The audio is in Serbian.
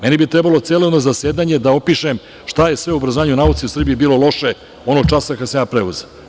Meni bi trebalo celo jedno zasedanje da opišem šta je sve u obrazovanju i nauci u Srbiji bilo loše, onog časa kada sam ja preuzeo.